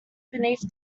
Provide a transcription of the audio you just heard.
beneath